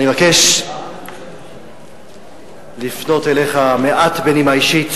אני מבקש לפנות אליך מעט בנימה אישית,